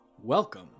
Welcome